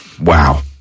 Wow